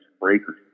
breakers